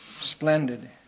splendid